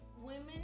Women